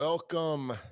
Welcome